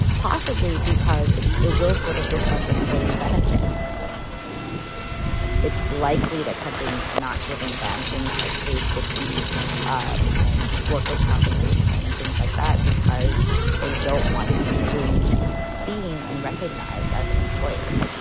possibly because it it will sort of look like employee benefits it's likely that companies are not giving them things like paid sick leave um and worker's compensation and things like that because they don't want to be legally seen and recognized as an employer